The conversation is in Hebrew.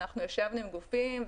אנחנו ישבנו עם גופים,